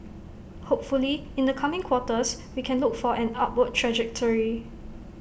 hopefully in the coming quarters we can look for an upward trajectory